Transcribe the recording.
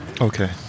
Okay